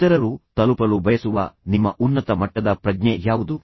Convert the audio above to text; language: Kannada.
ಇತರರು ತಲುಪಲು ಬಯಸುವ ನಿಮ್ಮ ಉನ್ನತ ಮಟ್ಟದ ಪ್ರಜ್ಞೆ ಯಾವುದು